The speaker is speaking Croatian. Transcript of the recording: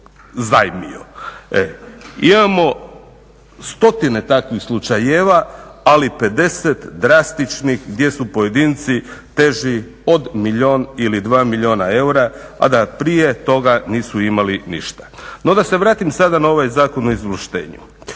zajmio. Imamo stotine takvih slučajeva ali 50 drastičnih gdje su pojedinci teži od milijun ili dva milijuna eura, a da prije toga nisu imali ništa. No da se vratim sada na ovaj Zakon o izvlaštenju.